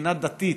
מבחינה דתית,